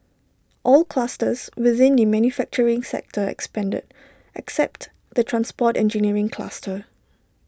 all clusters within the manufacturing sector expanded except the transport engineering cluster